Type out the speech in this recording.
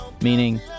meaning